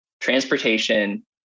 transportation